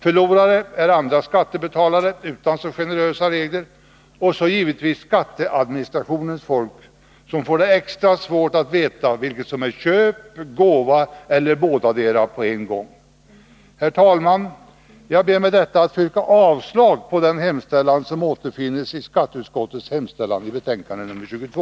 Förlorare är andra skattebetalare utan så generösa regler och så givetvis skatteadministrationens folk, som får det extra svårt att veta vilket som är köp, gåva eller bådadera på en gång. Herr talman! Jag ber med detta att få yrka avslag på den hemställan som återfinns i skatteutskottets betänkande nr 22.